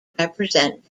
represent